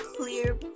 clear